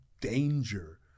danger